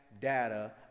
data